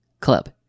club